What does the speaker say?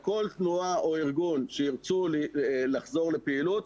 כל תנועה או ארגון שירצה לחזור לפעילות,